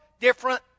different